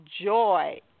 joy